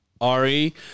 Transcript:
Ari